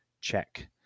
check